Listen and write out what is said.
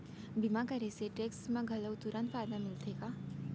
बीमा करे से टेक्स मा घलव तुरंत फायदा मिलथे का?